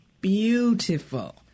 beautiful